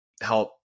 help